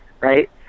right